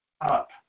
up